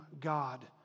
God